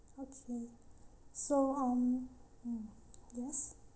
okay so um mm yes